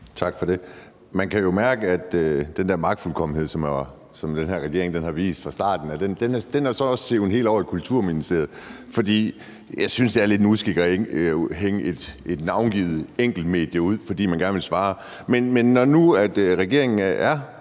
Tak for det. Man kan jo mærke, at den der magtfuldkommenhed, som den her regering har vist fra starten, også er sevet helt over i Kulturministeriet, for jeg synes, det er lidt en uskik at hænge et enkelt navngivet medie ud, fordi man gerne vil svare. Men når nu regeringen er